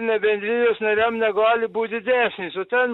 ne bendrijos nariam negali būt didesnis o ten